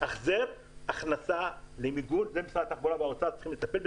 בזה משרד התחבורה והאוצר צריכים לטפל.